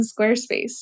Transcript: Squarespace